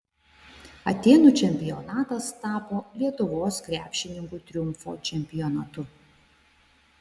atėnų čempionatas tapo lietuvos krepšininkų triumfo čempionatu